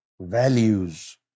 values